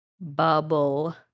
Bubble